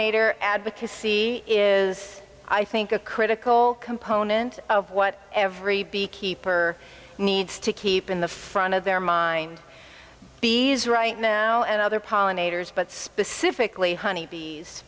pollinator advocacy is i think a critical component of what every bee keeper needs to keep in the front of their mind bees right now and other pollinators but specifically honeybees